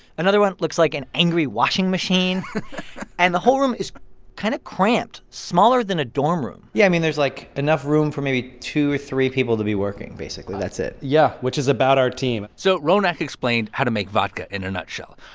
another one looks like an angry washing machine and the whole room is kind of cramped smaller than a dorm room yeah. i mean, there's like enough room for maybe two or three people to be working, basically. that's it yeah, which is about our team so ronak explained how to make vodka in a nutshell.